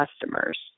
customers